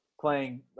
playing